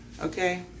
Okay